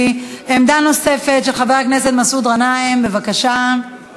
הוא אכן נושא חשוב, ואני